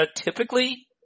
typically